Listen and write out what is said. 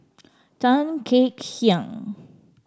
Tan Kek Hiang